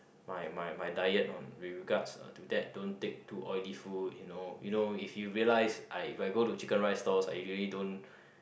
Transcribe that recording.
my my my diet on with regards uh to that don't take too oily food you know you know if you realise I if I go to chicken rice stalls I really don't